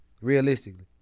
Realistically